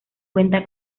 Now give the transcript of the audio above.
cuenta